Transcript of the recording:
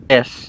Yes